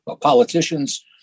Politicians